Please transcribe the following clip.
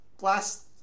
last